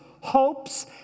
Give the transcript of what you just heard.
hopes